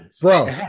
bro